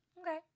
Okay